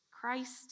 Christ